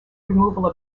removal